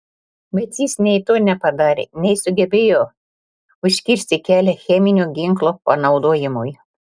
bet jis nei to nepadarė nei sugebėjo užkirsti kelią cheminio ginklo panaudojimui